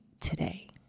today